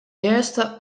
earste